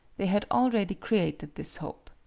they had al ready created this hope.